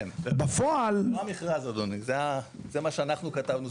בפועל --- זה לא המכרז --- זה מה שאנחנו כתבנו.